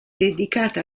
dedicata